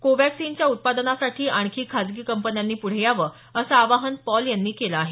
कोवॅक्सिनच्या उत्पादनासाठी आणखी खाजगी कंपन्यांनी पुढे याव असं आवाहन पॉल यांनी केलं आहे